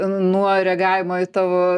nuo reagavimo į tavo